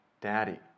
Daddy